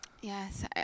Yes